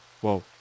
Whoa